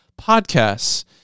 podcasts